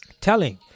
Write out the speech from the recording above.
telling